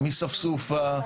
ספסופה,